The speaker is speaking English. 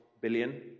billion